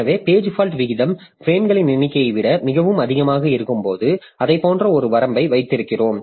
எனவே page fault விகிதம் பிரேம்களின் எண்ணிக்கையை விட மிகவும் அதிகமாக இருக்கும்போது அதைப் போன்ற ஒரு வரம்பை வைத்திருக்கிறோம்